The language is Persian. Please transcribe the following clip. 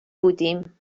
بودیم